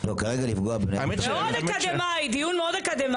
אנחנו מציעים כאן ואתם בעד דמוקרטיה,